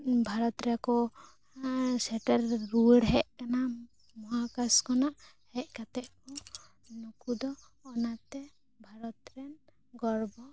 ᱵᱷᱟᱨᱚᱛ ᱨᱮᱠᱚ ᱥᱮᱴᱮᱨ ᱨᱩᱣᱟᱹᱲ ᱦᱮᱡ ᱠᱟᱱᱟ ᱢᱚᱦᱟᱠᱟᱥ ᱠᱷᱚᱱᱟᱜ ᱦᱮᱡ ᱠᱟᱛᱮ ᱠᱚ ᱱᱩᱠᱩ ᱫᱚ ᱚᱱᱟᱛᱮ ᱵᱷᱟᱨᱚᱛ ᱨᱮᱱ ᱜᱚᱨᱵᱚ